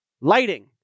lighting